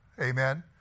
Amen